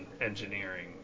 engineering